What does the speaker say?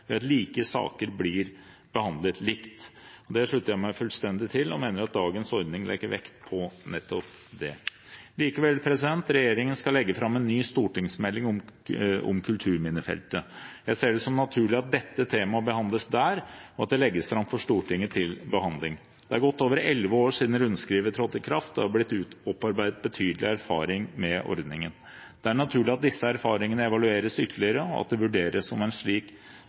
ved at like saker blir behandlet likt. Det slutter jeg meg fullstendig til og mener at dagens ordning legger vekt på nettopp det. Likevel, regjeringen skal legge fram en ny stortingsmelding om kulturminnefeltet. Jeg ser det som naturlig at dette temaet behandles der, og at det legges fram for Stortinget til behandling. Det er gått over 11 år siden rundskrivet trådte i kraft, og det har blitt opparbeidet betydelig erfaring med ordningen. Det er naturlig at disse erfaringene evalueres ytterligere, og at det vurderes om det er slik